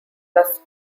plus